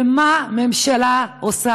ומה הממשלה עושה?